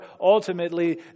Ultimately